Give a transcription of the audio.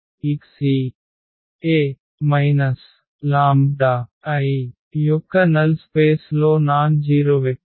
x ఈ A λI యొక్క null space లో నాన్ జీరొ వెక్టర్